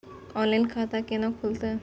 Online खाता केना खुलते?